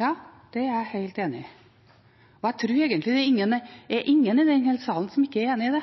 Ja, det er jeg helt enig i – og jeg tror egentlig det er ingen her i denne sal som ikke er enig i det.